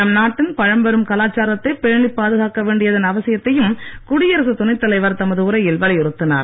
நம் நாட்டின் பழம்பெறும் கலாச்சாரத்தை பேணிக் பாதுகாக்க வேண்டியதன் அவசியத்தையும் குடியரசுத் துணைத் தலைவர் தமது உரையில் வலியுறுத்தினார்